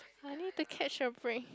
I only take cash or bring